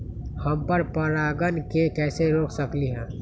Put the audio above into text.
हम पर परागण के कैसे रोक सकली ह?